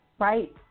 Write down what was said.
right